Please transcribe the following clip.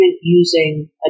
using